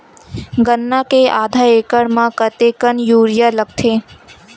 गन्ना के आधा एकड़ म कतेकन यूरिया लगथे?